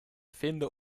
vinden